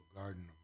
Garden